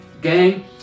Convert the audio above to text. Gang